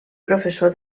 professor